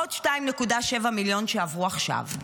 עוד 2.7 מיליון שעברו עכשיו,